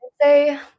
say